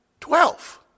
Twelve